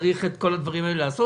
צריך את כל הדברים האלה לעשות,